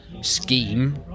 scheme